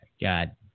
God